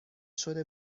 شده